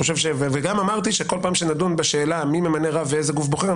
וגם אמרתי שכל פעם שנדון בשאלה מי ממנה רב ואיזה גוף בוחר,